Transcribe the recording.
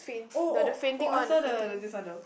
oh oh oh I saw the the this one though